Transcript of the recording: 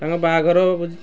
ତାଙ୍କ ବାହାଘର ଭୋଜି